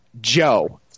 Joe